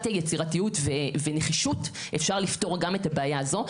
יצירתיות ונחישות אפשר לפתור גם את הבעיה הזו.